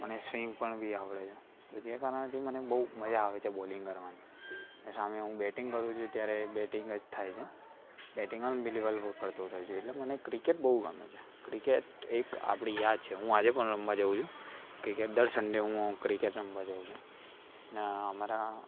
મને સ્વિંગ પણ બી આવડે છે પછી એ કારણથી મને બહુ મજા આવે છે બોલિંગ કરવાની ને સામે હું બેટિંગ કરું છું ત્યારે બેટિંગ જ થાય છે બેટિંગ અનબિલિવલ હું કરતો હતો એટલે મને ક્રિકેટ બઉ ગમે છે ક્રિકેટ આપણી એક યાદ છે હું આજે પણ રમવા જઉ છું ક્રિકેટ દર સન્ડે હું ક્રિકેટ રમવા જાઉ છું અને મારા